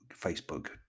Facebook